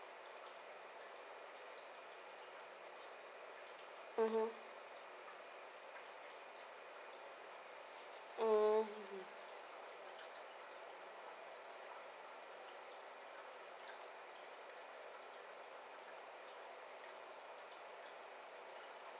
mmhmm mm